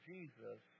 Jesus